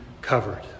covered